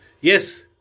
Yes